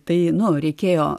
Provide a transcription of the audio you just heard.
tai nu reikėjo